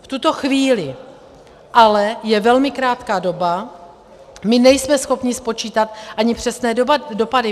V tuto chvíli je ale velmi krátká doba, my nejsme schopni spočítat ani přesné dopady.